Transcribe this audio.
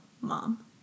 Mom